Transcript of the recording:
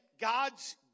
God's